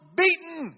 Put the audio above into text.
beaten